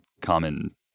common